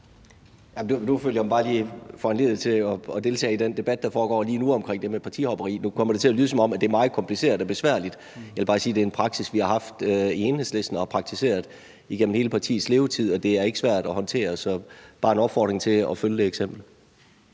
Nu følte jeg mig bare lige foranlediget til at deltage i den debat, der foregår lige nu om det med partihopperi, og nu kommer det til at lyde, som om det er meget kompliceret og besværligt. Jeg vil bare sige, at det er en praksis, som vi har haft i Enhedslisten, og som vi har praktiseret igennem hele partiets levetid, og at det ikke er svært at håndtere. Så det er bare en opfordring til at følge det eksempel.